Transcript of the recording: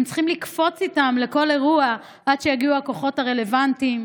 הם צריכים לקפוץ איתם לכל אירוע עד שיגיעו הכוחות הרלוונטיים.